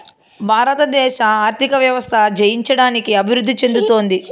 భారతదేశ ఆర్థిక వ్యవస్థ జయించడానికి అభివృద్ధి చెందుతోంది